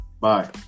Bye